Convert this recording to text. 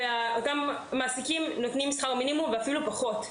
כשאותם מעסיקים נותנים שכר מינימום, ואפילו פחות.